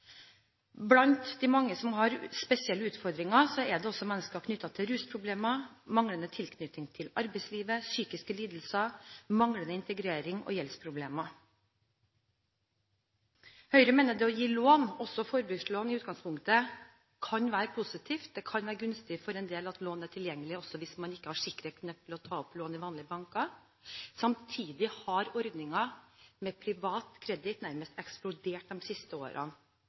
Blant de mange som har spesielle utfordringer, er det også mennesker som har rusproblemer, manglende tilknytning til arbeidslivet, psykiske lidelser, manglende integrering og gjeldsproblemer. Høyre mener at det å gi lån, også forbrukslån i utgangspunktet, kan være positivt. Det kan være gunstig for en del at lån er tilgjengelig også hvis man ikke har sikkerhet nok til å ta opp lån i vanlige banker. Samtidig har ordningen med privat kreditt nærmest eksplodert de siste årene.